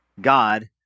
God